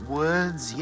words